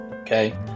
okay